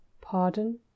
pardon